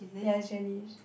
ya it's gellish